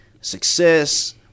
success